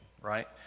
right